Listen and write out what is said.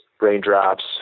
Raindrops